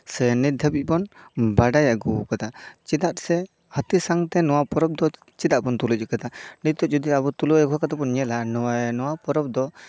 ᱥᱮ ᱱᱤᱛ ᱫᱷᱟᱹᱵᱤᱡ ᱵᱚᱱ ᱵᱟᱲᱟᱭ ᱟᱜᱩ ᱠᱟᱫᱟ ᱪᱮᱫᱟᱜ ᱥᱮ ᱦᱟᱹᱛᱤ ᱥᱟᱶᱛᱮ ᱱᱚᱣᱟ ᱯᱚᱨᱚᱵᱽ ᱫᱚ ᱪᱮᱫᱟᱜ ᱵᱚᱱ ᱛᱩᱞᱟᱹ ᱡᱚᱠᱷᱟᱭ ᱫᱟ ᱱᱤᱛᱚᱜ ᱡᱚᱫᱤ ᱟᱵᱚ ᱛᱩᱞᱟᱹ ᱡᱚᱠᱷᱟ ᱠᱟᱛᱮᱜ ᱵᱚᱱ ᱧᱮᱞᱟ ᱱᱚᱣᱟ ᱯᱚᱨᱚᱵᱽ ᱫᱚ